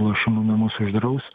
lošimų namus uždraus